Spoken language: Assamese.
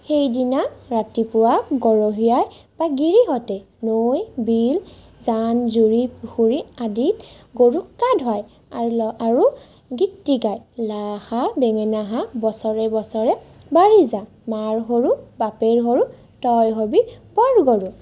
সেই দিনা ৰাতিপুৱা গৰখীয়াই বা গিৰিহঁতে নৈ বিল জান জুৰি পুখুৰী আদিত গৰুক গা ধোৱায় আৰু আৰু গীতটি গায় লা খা বেঙেনা খা বছৰে বছৰে বাঢ়ি যা মাৰ সৰু বাপেৰ সৰু তই হ'বি বৰ গৰু